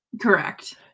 correct